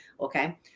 okay